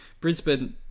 Brisbane